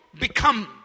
become